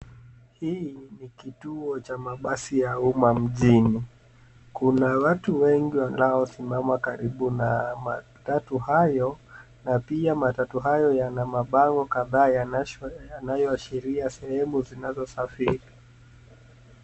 Hii ni kituo cha mabasi ya umma mjini. Kuna watu wengi wanaosimama karibu na matatu hayo na pia matatu hayo yana mabango kadhaa yanayoashiria sehemu zinazosafri.